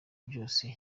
byose